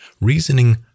reasoning